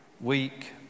week